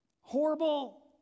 horrible